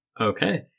okay